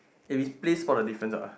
eh we play spot the differences ah